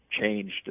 changed